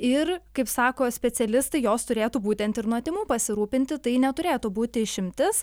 ir kaip sako specialistai jos turėtų būtent ir nuo tymų pasirūpinti tai neturėtų būti išimtis